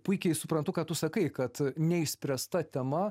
puikiai suprantu ką tu sakai kad neišspręsta tema